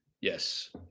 yes